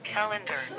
Calendar